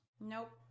Nope